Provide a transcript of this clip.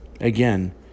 Again